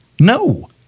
No